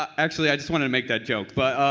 um actually i just wanted to make that joke, but